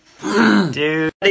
Dude